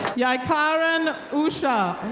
yeah jaikarran usha.